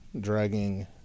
dragging